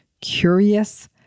curious